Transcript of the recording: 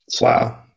Wow